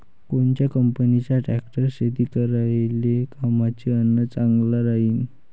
कोनच्या कंपनीचा ट्रॅक्टर शेती करायले कामाचे अन चांगला राहीनं?